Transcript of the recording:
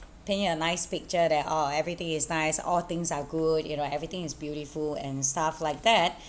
paint a nice picture there oh everyday is nice all things are good you know everything is beautiful and stuff like that